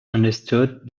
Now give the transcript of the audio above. understood